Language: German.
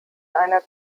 einer